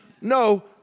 No